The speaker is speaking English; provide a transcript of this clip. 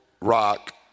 rock